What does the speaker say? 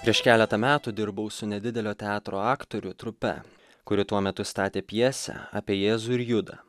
prieš keletą metų dirbau su nedidelio teatro aktorių trupe kuri tuo metu statė pjesę apie jėzų ir judą